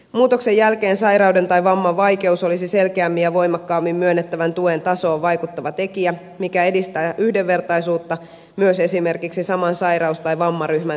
muutoksen jälkeen sairauden tai vamman vaikeus olisi selkeämmin ja voimakkaammin myönnettävän tuen tasoon vaikuttava tekijä mikä edistää yhdenvertaisuutta myös esimerkiksi saman sairaus tai vammaryhmän sisällä